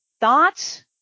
thoughts